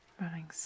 Running